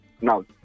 Now